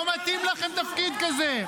לא מתאים לכם תפקיד כזה.